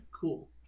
cool